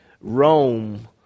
Rome